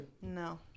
No